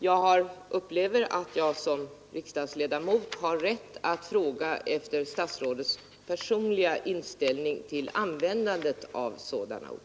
Jag upplever att jag såsom riksdagsledamot har rätt att fråga efter statsrådets personliga inställning till användande av sådana ord.